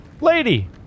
Lady